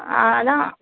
அதான்